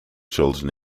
children